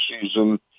season